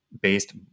based